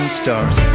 stars